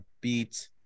beat